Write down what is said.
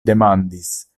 demandis